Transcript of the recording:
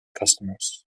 customers